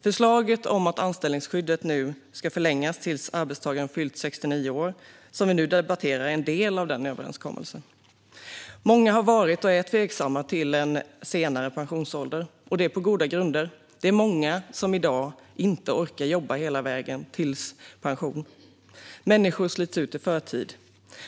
Förslaget om att anställningsskyddet ska förlängas till det att arbetstagaren fyllt 69 år, som vi nu debatterar, är en del av den överenskommelsen. Många har varit och är tveksamma till en senare pensionsålder - på goda grunder. Det är många som i dag inte orkar jobba hela vägen fram till pensionen. Människor slits ut i förtid.